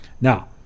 Now